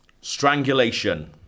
Strangulation